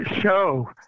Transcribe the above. show